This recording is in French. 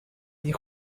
les